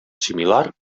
similar